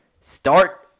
Start